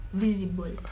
visible